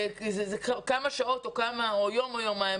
זה כמה שעות או יום או יומיים,